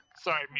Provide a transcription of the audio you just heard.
Sorry